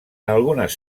algunes